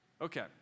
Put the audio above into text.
Okay